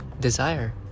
desire